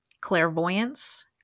Clairvoyance